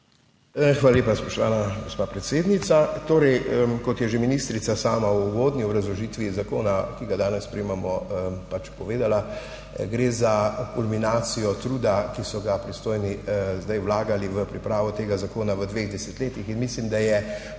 Hvala lepa, spoštovana gospa predsednica. Kot je že povedala ministrica sama v uvodni obrazložitvi zakona, ki ga danes sprejemamo, gre za kulminacijo truda, ki so ga pristojni vlagali v pripravo tega zakona v dveh desetletjih, in mislim, da je